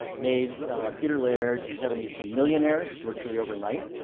made peter laird and kevin eastman millionaires virtually overnight.